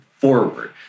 forward